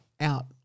out